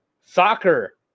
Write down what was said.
soccer